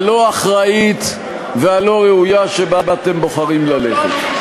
הלא-אחראית והלא-ראויה שבה אתם בוחרים ללכת.